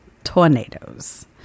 tornadoes